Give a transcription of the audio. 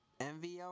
MVL